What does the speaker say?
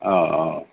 অ' অ'